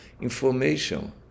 information